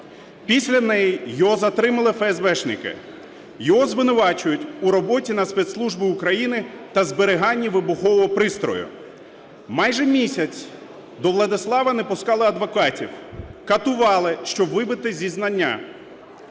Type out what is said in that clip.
Після неї його затримали феесбешники. Його звинувачують у роботі на спецслужби України та зберіганні вибухового пристрою. Майже місяць до Владислава не пускали адвокатів, катували, щоб вибити зізнання.